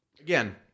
Again